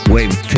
Wave